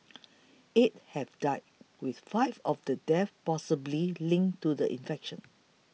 eight have died with five of the deaths possibly linked to the infection